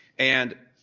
and